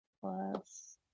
Plus